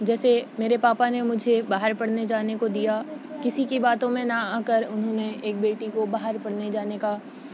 جیسے میرے پاپا نے مجھے باہر پڑھنے جانے کو دیا کسی کی باتوں میں نہ آکر انہوں نے ایک بیٹی کو باہر پڑھنے جانے کا